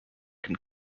can